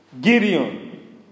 Gideon